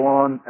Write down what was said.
on